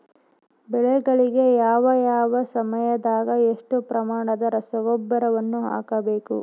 ಬೆಳೆಗಳಿಗೆ ಯಾವ ಯಾವ ಸಮಯದಾಗ ಎಷ್ಟು ಪ್ರಮಾಣದ ರಸಗೊಬ್ಬರವನ್ನು ಹಾಕಬೇಕು?